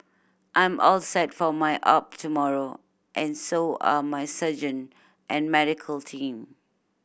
I'm all set for my opt tomorrow and so are my surgeon and medical team